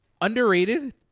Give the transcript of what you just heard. Underrated